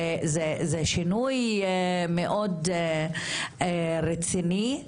זה שינוי מאוד רציני,